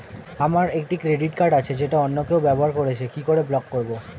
আমার একটি credit card আছে যেটা অন্য কেউ ব্যবহার করছে কি করে ব্লক করবো?